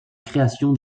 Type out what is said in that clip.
création